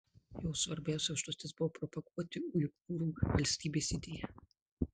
jo svarbiausia užduotis buvo propaguoti uigūrų valstybės idėją